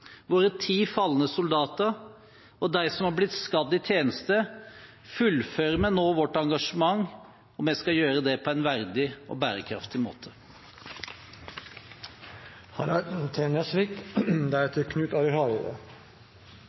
våre ti falne soldater, og dem som er blitt skadd i tjeneste, fullfører vi nå vårt engasjement, og vi skal gjøre det på en verdig og bærekraftig måte.